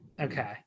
Okay